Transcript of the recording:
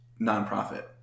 nonprofit